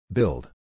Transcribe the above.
Build